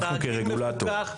אנחנו כרגולטור.